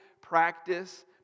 practice